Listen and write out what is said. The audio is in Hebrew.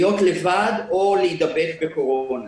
להיות לבד או להידבק בקורונה.